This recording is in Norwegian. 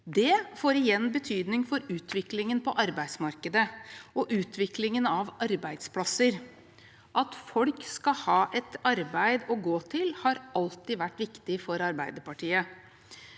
Det får igjen betydning for utviklingen på arbeidsmarkedet og utviklingen av arbeidsplasser. At folk skal ha et arbeid å gå til, har alltid vært viktig for Arbeiderpartiet.